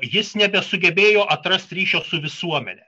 jis nebesugebėjo atrast ryšio su visuomene